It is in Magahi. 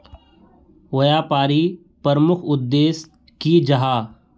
व्यापारी प्रमुख उद्देश्य की जाहा?